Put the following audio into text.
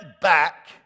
back